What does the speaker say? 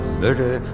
murder